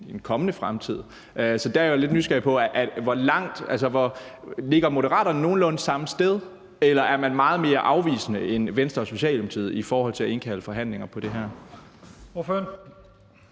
kommende fremtid. Så der er jeg lidt nysgerrig på, om Moderaterne ligger nogenlunde samme sted, eller om man er meget mere afvisende end Venstre og Socialdemokratiet i forhold til at indkalde til forhandlinger om det her. Kl.